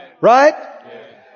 right